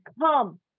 Come